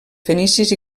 fenicis